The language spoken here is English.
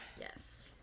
Yes